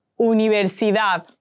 Universidad